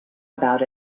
about